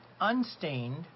unstained